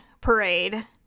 parade